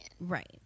Right